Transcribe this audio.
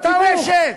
באותה רשת.